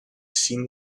seen